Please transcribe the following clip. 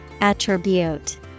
Attribute